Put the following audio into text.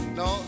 no